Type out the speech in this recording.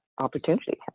opportunity